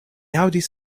aŭdis